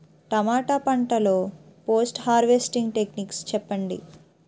టమాటా పంట లొ post harvesting techniques చెప్పండి?